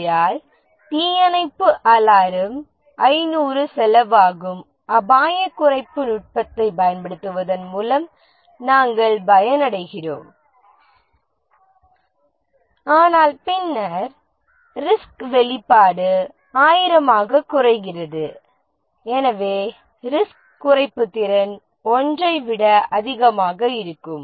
ஆகையால் தீயணைப்பு அலாரம் 500 செலவாகும் அபாயக் குறைப்பு நுட்பத்தைப் பயன்படுத்துவதன் மூலம் நாம் பயனடைகிறோம் ஆனால் பின்னர் ரிஸ்க் வெளிப்பாடு 1000 ஆகக் குறைகிறது எனவே ரிஸ்க் குறைப்பு திறன் 1 ஐ விட அதிகமாக இருக்கும்